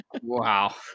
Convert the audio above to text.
Wow